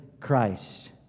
Christ